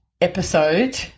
episode